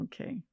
okay